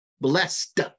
blessed